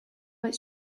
its